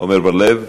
עמר בר-לב,